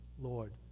Lord